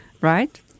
right